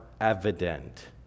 evident